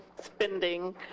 spending